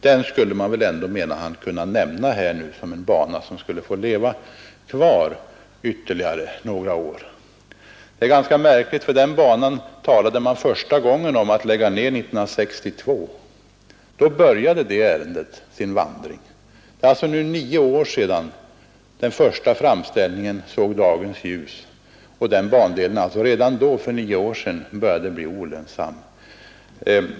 Den skulle man väl ändå, menar han, kunna nämna här som en bandel som skulle få leva kvar ytterligare några år. Det är ganska märkligt, för den banan talade man första gången om att lägga ned 1962. Då började det ärendet sin vandring. Det är alltså nu nio år sedan den första framställningen såg dagens ljus, då den bandelen började bli olönsam.